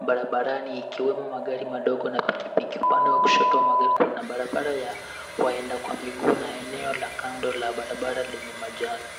barabarani ikiwemo magari madogo na pikipiki. Upande wa kushoto wa magari kuna barabara ya waenda kwa miguu na eneo la kando la barabara lenye majani.